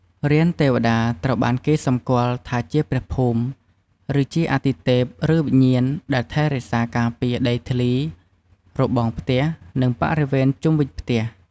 រានទេវតា ត្រូវបានគេស្គាល់ថាជាព្រះភូមិ គឺជាអាទិទេពឬវិញ្ញាណដែលថែរក្សាការពារដីធ្លី របងផ្ទះ និងបរិវេណជុំវិញផ្ទះ។